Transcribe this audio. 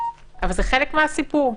אבל זה חלק מהסיפור.